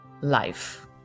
life